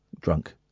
drunk